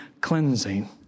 cleansing